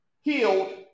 healed